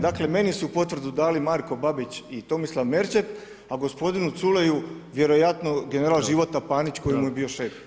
Dakle meni su potvrdu dali Marko Babić i Tomislav Merčep a gospodinu Culeju vjerojatno general Života Panić koji mu je bio šef.